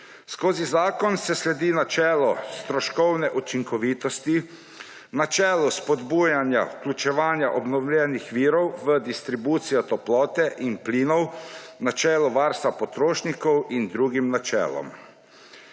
Skozi zakon se sledi načelu stroškovne učinkovitosti, načelu spodbujanja vključevanja obnovljenih virov v distribucijo toplote in plinov, načelu varstva potrošnikov in drugim načelom.